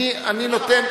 אני נותן,